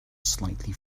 slightly